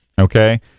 Okay